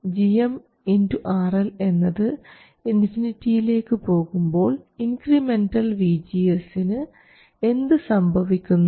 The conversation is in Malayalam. gmRL എന്നത് ഇൻഫിനിറ്റിയിലേക്ക് പോകുമ്പോൾ ഇൻക്രിമെൻറൽ VGS നു എന്തു സംഭവിക്കുന്നു